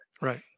Right